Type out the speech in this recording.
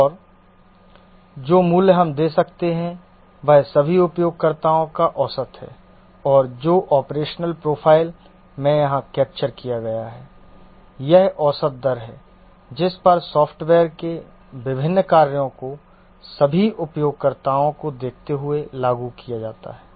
और जो मूल्य हम दे सकते हैं वह सभी उपयोगकर्ताओं का औसत है और जो ऑपरेशनल प्रोफाइल में यहाँ कैप्चर किया गया है यह औसत दर है जिस पर सॉफ्टवेयर के विभिन्न कार्यों को सभी उपयोगकर्ताओं को देखते हुए लागू किया जाता है